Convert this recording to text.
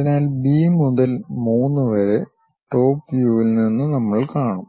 അതിനാൽ ബി മുതൽ 3 വരെ ടോപ് വ്യൂവിൽ നിന്ന് നമ്മൾ കാണും